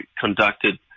conducted